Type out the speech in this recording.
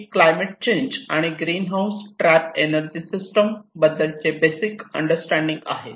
ही climate change आणि greenhouse gas trap energy system बद्दलचे basic understanding आहे